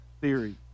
theory